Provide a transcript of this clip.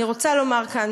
אני רוצה לומר כאן,